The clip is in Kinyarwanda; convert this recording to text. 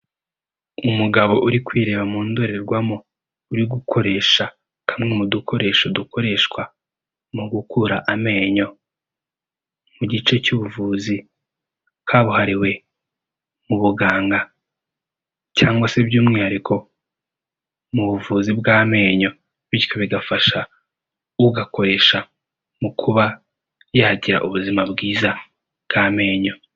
Umugabo uri kwireba mu ndorerwamo, uri gukoresha kamwe mu dukoresho dukoreshwa mu gukura amenyo mu gice cy'ubuvuzi kabuhariwe mu buganga cyangwa se by'umwihariko mu buvuzi bw'amenyo bityo bigafasha ugakoresha mu kuba yagira ubuzima bwiza bw'amenyo.